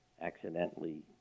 Accidentally